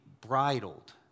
bridled